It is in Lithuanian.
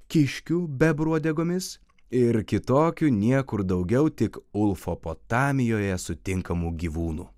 kiškių bebrų uodegomis ir kitokių niekur daugiau tik ulfopotamijoje sutinkamų gyvūnų